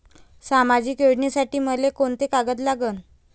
सामाजिक योजनेसाठी मले कोंते कागद लागन?